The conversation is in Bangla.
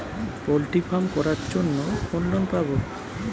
পলট্রি ফার্ম করার জন্য কোন লোন পাব?